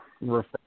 refer